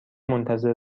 منتظر